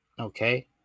Okay